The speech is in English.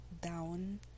down